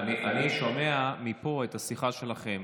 אני שומע מפה את השיחה שלכם